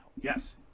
Yes